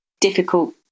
difficult